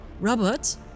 Robert